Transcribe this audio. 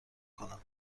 کنم